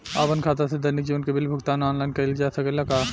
आपन खाता से दैनिक जीवन के बिल के भुगतान आनलाइन कइल जा सकेला का?